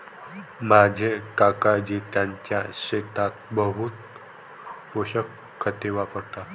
माझे काकाजी त्यांच्या शेतात बहु पोषक खते वापरतात